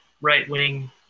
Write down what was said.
right-wing